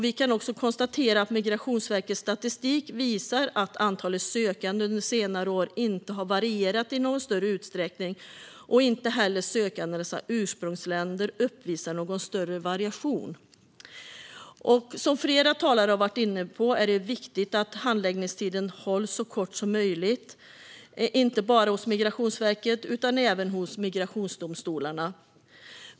Vi kan också konstatera att Migrationsverkets statistik visar att antalet sökande under senare år inte har varierat i någon större utsträckning och att inte heller sökandenas ursprungsländer uppvisar någon större variation. Som flera talare har varit inne på är det viktigt att handläggningstiden hålls så kort som möjligt, inte bara hos Migrationsverket utan även hos migrationsdomstolarna.